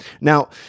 Now